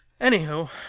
Anywho